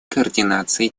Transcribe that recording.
координации